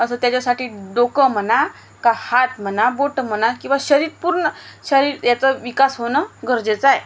असं त्याच्यासाठी डोकं म्हणा का हात म्हणा बोटं म्हणा किंवा शरीर पूर्ण शरीर याचा विकास होणं गरजेचं आहे